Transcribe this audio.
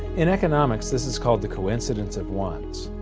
in economics this is called the coincidence of wants.